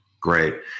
Great